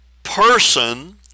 Person